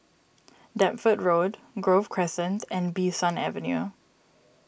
Deptford Road Grove Crescent and Bee San Avenue